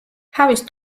თავის